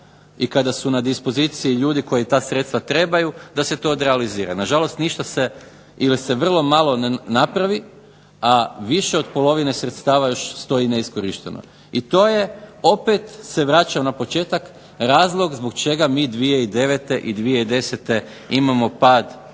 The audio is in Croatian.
i kada su na dispoziciji ljudi koji ta sredstva trebaju, da se to odrealizira. Na žalost ništa se ili se vrlo malo napravi, a više od polovine sredstava još stoji neiskorišteno, i to je opet se vraća na početak razlog zbog čega mi 2009. i 2010. imamo pad